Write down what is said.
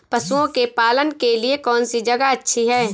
पशुओं के पालन के लिए कौनसी जगह अच्छी है?